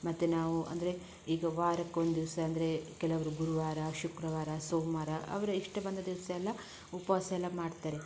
ಮತ್ತು ನಾವು ಅಂದರೆ ಈಗ ವಾರಕ್ಕೊಂದಿವ್ಸ ಅಂದರೆ ಕೆಲವರು ಗುರುವಾರ ಶುಕ್ರವಾರ ಸೋಮವಾರ ಅವರ ಇಷ್ಟ ಬಂದ ದಿವಸ ಎಲ್ಲ ಉಪವಾಸ ಎಲ್ಲ ಮಾಡ್ತಾರೆ